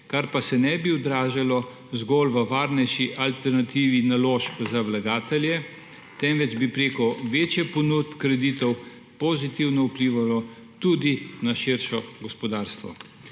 kar pa se ne bi odražalo zgolj v varnejši alternativi naložb za vlagatelje, temveč bi preko večjih ponudb kreditov pozitivno vplivalo tudi na širše gospodarstvo.